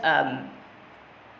um